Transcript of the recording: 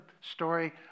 story